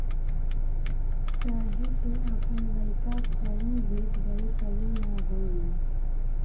चाहे तू आपन लइका कअ भेज दअ तबो ना होई